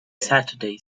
saturday